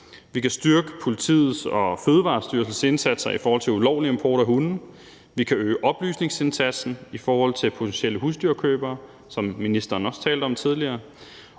Vi kan styrke politiets og Fødevarestyrelsens indsatser i forhold til ulovlig import af hunde. Vi kan øge oplysningsindsatsen i forhold til potentielle husdyrkøbere, som ministeren også talte om tidligere.